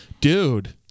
Dude